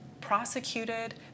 prosecuted